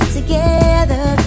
together